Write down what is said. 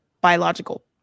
biological